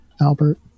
Albert